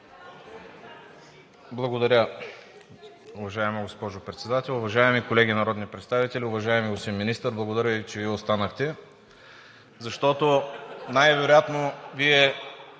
Благодаря, уважаема госпожо Председател. Уважаеми колеги народни представители! Уважаеми господин Министър, благодаря Ви че останахте, защото най-вероятно Вие,